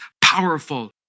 powerful